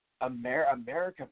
America